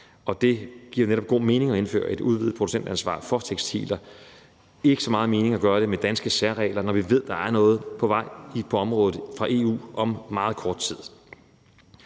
Og det giver netop god mening at indføre et udvidet producentansvar for tekstiler. Det giver ikke så meget mening at gøre det med danske særregler, når vi ved, der er noget på vej på området fra EU om meget kort tid.